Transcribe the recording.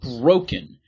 broken